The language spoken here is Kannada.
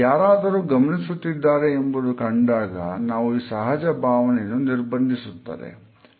ಯಾರಾದರೂ ಗಮನಿಸುತ್ತಿದ್ದಾರೆ ಎಂಬುದು ಕಂಡಾಗ ನಾವು ಈ ಸಹಜ ಭಾವನೆಯನ್ನು ನಿರ್ಬಂಧಿಸುತ್ತದೆ